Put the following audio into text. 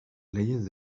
leyes